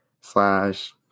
slash